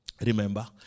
Remember